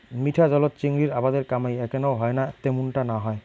মিঠা জলত চিংড়ির আবাদের কামাই এ্যাকনাও হয়না ত্যামুনটা না হয়